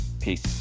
peace